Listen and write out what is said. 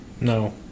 No